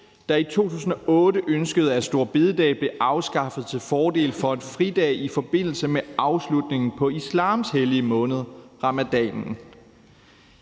der i 2008 ønskede, at store bededag blev afskaffet til fordel for en fridag i forbindelse med afslutningen på islams hellige måned, ramadanen.